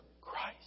Christ